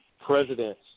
presidents